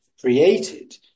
created